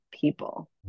people